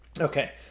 Okay